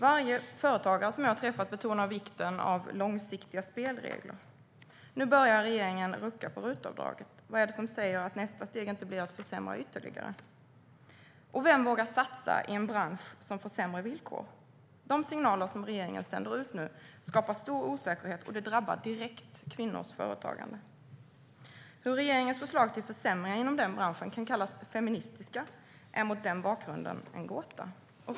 Varje företagare som jag har träffat betonar vikten av långsiktiga spelregler. Nu börjar regeringen rucka på RUT-avdraget. Vad är det som säger att nästa steg inte blir att försämra ytterligare? Och vem vågar satsa i en bransch som får sämre villkor? De signaler som regeringen sänder ut nu skapar stor osäkerhet, och det drabbar direkt kvinnors företagande. Hur regeringens förslag till försämringar inom branschen kan kallas feministiska är mot den bakgrunden en gåta.